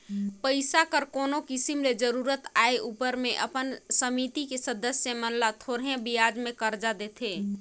पइसा कर कोनो किसिम ले जरूरत आए उपर में अपन समिति के सदस्य मन ल थोरहें बियाज में करजा देथे